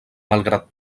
malgrat